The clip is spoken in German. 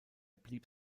blieb